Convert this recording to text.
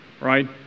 right